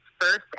first